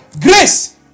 grace